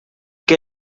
que